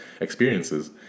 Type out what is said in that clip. experiences